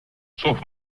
sauf